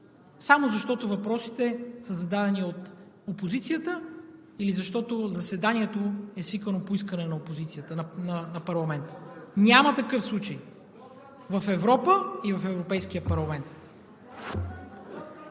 само защото въпросите са зададени от опозицията или защото заседанието е свикано по искане на опозицията в Парламента?! Няма такъв случай в Европа и в Европейския парламент!